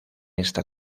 esta